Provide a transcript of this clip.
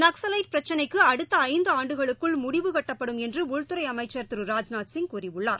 நக்ஸவைட் பிரச்சினைக்குஅடுத்தஐந்துஆண்டுகளுக்குள் முடிவு கட்டப்படும் என்றுஉள்துறைஅமைச்சள் திரு ராஜ்நாத் சிங் கூறியுள்ளார்